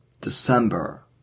December